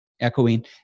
echoing